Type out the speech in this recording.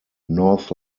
north